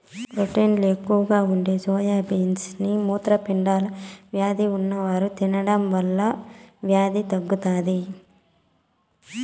ప్రోటీన్లు ఎక్కువగా ఉండే సోయా బీన్స్ ని మూత్రపిండాల వ్యాధి ఉన్నవారు తినడం వల్ల వ్యాధి తగ్గుతాది